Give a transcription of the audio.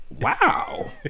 Wow